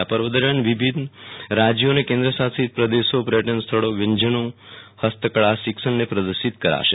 આ પર્વ દરમ્યાન વિવિધ રાજયો અને કેન્દશાશિત પ્રદેશો પર્યટન સ્થળો વ્યંજનો હસ્તકળા શિક્ષણને પદર્શિત કરાશે